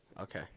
Okay